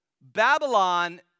Babylon